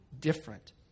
different